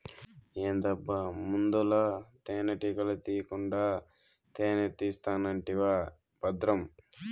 ఏందబ్బా ముందల తేనెటీగల తీకుండా తేనే తీస్తానంటివా బద్రం